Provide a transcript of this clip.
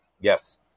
Yes